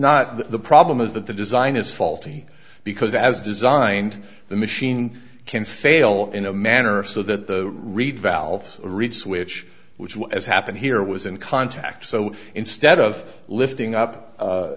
that the problem is that the design is faulty because as designed the machine can fail in a manner so that the reed valve read switch which will as happened here was in contact so instead of lifting up